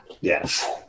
Yes